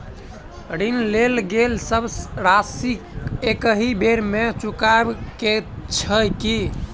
ऋण लेल गेल सब राशि एकहि बेर मे चुकाबऽ केँ छै की?